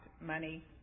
money